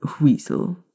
Weasel